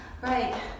right